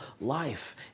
life